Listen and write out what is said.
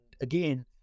again